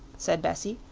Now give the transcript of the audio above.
said bessie.